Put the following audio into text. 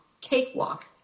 cakewalk